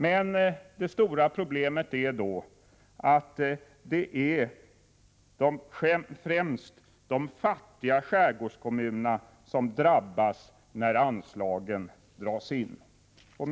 Men det stora problemet är att det främst är de fattiga skärgårdskommunerna som drabbas när anslagen dras in. Herr talman!